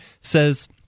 says